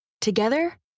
Together